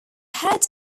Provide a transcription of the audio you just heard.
head